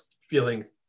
feeling